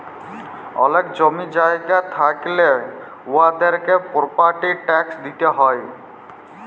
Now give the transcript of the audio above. অলেক জমি জায়গা থ্যাইকলে উয়াদেরকে পরপার্টি ট্যাক্স দিতে হ্যয়